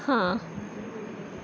ਹਾਂ